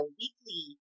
weekly